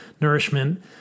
nourishment